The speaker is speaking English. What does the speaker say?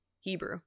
Hebrew